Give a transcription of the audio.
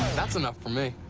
that's enough for me.